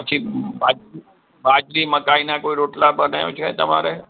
પછી બાજ બાજરી મકાઈના કોઈ રોટલાં બનાવે છે તમારે